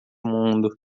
mundo